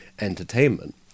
entertainment